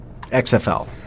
XFL